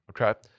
Okay